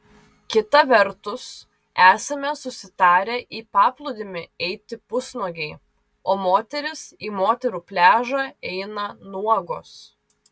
kita vertus esame susitarę į paplūdimį eiti pusnuogiai o moterys į moterų pliažą eina nuogos